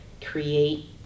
create